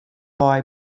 wei